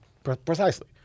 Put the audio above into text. Precisely